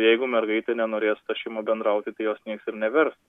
jeigu mergaitė nenorės su ta šeima bendrauti tai jos nieks ir nevers